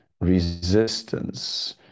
resistance